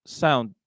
sound